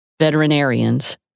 veterinarians